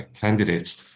candidates